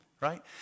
right